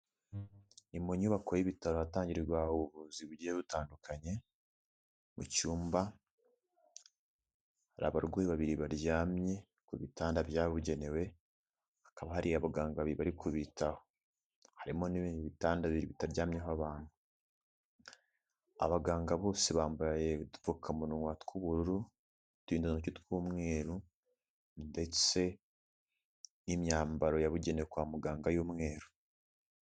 Ni mu nyubako y'ibitaro ahatangirwaho ubuvuzi bugiye butandukanye, mu cyumba hari abarwayi babiri baryamye ku bitanda byabugenewe, hakaba hari abaganga babiri bari kubitaho, harimo n'ibindi bitanda bibiri bitaryamyeho abantu. Abaganga bose bambaye udupfukamunwa tw'ubururu, uturindotoki tw'umweru ndetse n'imyambaro yabugenewe kwa muganga y'umweru.